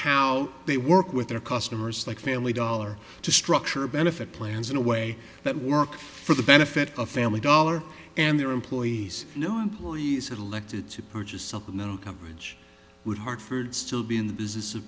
how they work with their customers like family dollar to structure benefit plans in a way that work for the benefit of family dollar and their employees no employees elected to purchase something no coverage would hartford still be in the business of